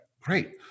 Great